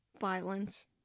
violence